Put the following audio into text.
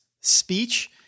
speech